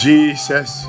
Jesus